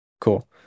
Cool